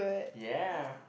ya